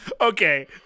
okay